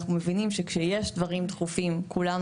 אנחנו מבינים שכשיש דברים דחופים כולנו